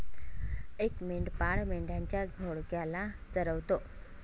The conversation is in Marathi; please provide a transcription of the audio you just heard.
एक मेंढपाळ मेंढ्यांच्या घोळक्याला चरवतो